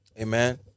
Amen